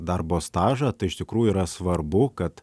darbo stažą tai iš tikrųjų yra svarbu kad